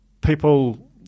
people